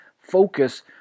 focus